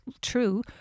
true